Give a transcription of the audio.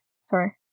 sorry